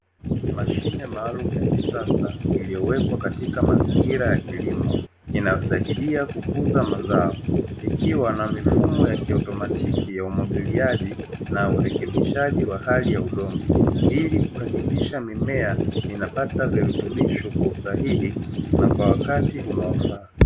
Mashine maalumu ya kisasa iliyowekwa katika mazingira ya kilimo, inayosaidia kukuza mazao ikiwa na mifumo ya kiautomatiki ya umwagiliaji na urekebishaji wa hali ya udongo, ili kuhakikisha mimea inapata virutubisho kwa usahihi na kwa wakati unaofaa.